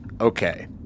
Okay